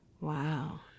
Wow